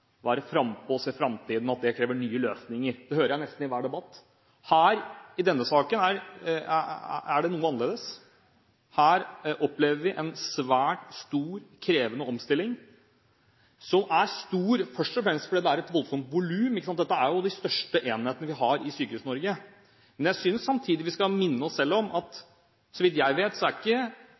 være frampå og se at framtiden krever nye løsninger. Det hører jeg nesten i hver debatt. I denne saken er det noe annerledes. Her opplever vi en svært stor, krevende omstilling, som er stor først og fremst fordi det er et voldsomt volum. Dette er den største enheten vi har i Sykehus-Norge. Jeg synes samtidig vi skal minne oss selv om at, så vidt jeg vet, er ikke